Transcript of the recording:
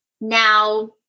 now